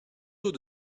tôt